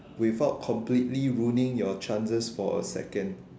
without completely ruining your chances for a second